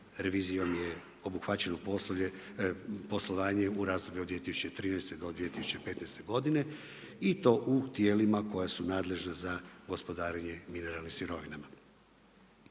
Revizijom je obuhvaćeno poslovanje u razdoblju od 2013. do 2015. godine i to u tijelima koja su nadležna za gospodarenje mineralnim sirovinama,